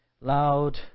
loud